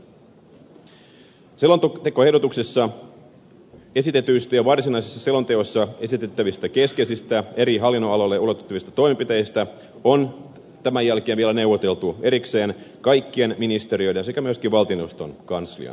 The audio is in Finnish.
selontekoehdotuksessa esitetyistä ja varsinaisessa selonteossa esitettävistä keskeisistä eri hallinnonaloille ulottuvista toimenpiteistä on tämän jälkeen vielä neuvoteltu erikseen kaikkien ministeriöiden sekä myöskin valtioneuvoston kanslian kanssa